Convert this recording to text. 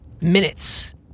minutes